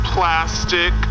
Plastic